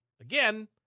Again